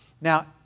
Now